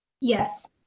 Yes